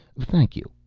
thank you.